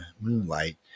moonlight